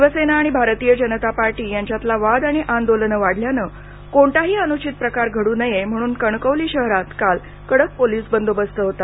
शिवसेना आणि भारतीय जनता पार्टी यांच्यातला वाद आणि आंदोलनं वाढल्यानं कोणताही अनुचित प्रकार घड् नये म्हणुन कणकवली शहरात काल कडक पोलिस बंदोबस्त होता